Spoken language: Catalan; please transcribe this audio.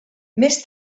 més